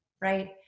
right